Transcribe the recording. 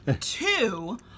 Two